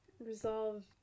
Resolve